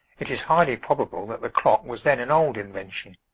it is highly probable that the clock was then an old invention.